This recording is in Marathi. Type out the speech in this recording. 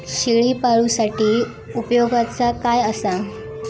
शेळीपाळूसाठी उपयोगाचा काय असा?